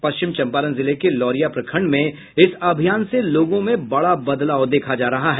पश्चिम चंपारण जिले के लौरिया प्रखण्ड में इस अभियान से लोगों में बड़ा बदलाव देखा जा रहा है